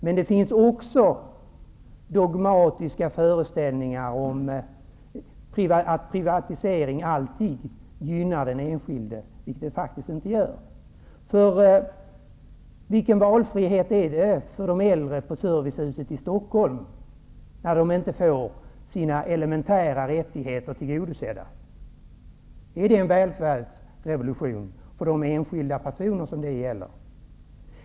Men det finns också dogmatiska föreställningar om att privatisering alltid gynnar den enskilde, vilket den faktiskt inte alltid gör. Stockholm, när de inte får sina elementära rättigheter tillgodosedda? Upplever dessa enskilda personer en välfärdsrevolution?